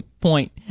point